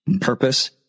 purpose